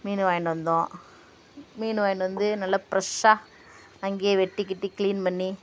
மீன் வாயின்டு வந்தோம் மீன் வாயின்டு வந்து நல்லா ஃப்ரெஷ்ஷாக அங்கேயே வெட்டி கிட்டி க்ளீன் பண்ணி